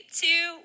two